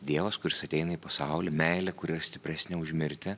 dievas kuris ateina į pasaulį meilė kuri yra stipresnė už mirtį